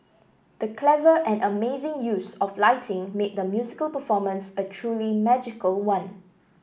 the clever and amazing use of lighting made the musical performance a truly magical one